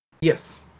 Yes